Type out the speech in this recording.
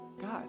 God